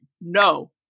no